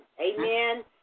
Amen